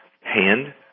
hand